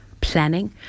planning